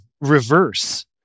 reverse